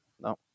No